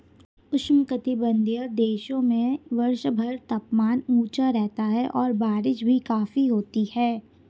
उष्णकटिबंधीय देशों में वर्षभर तापमान ऊंचा रहता है और बारिश भी काफी होती है